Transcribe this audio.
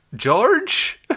George